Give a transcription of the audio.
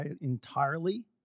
entirely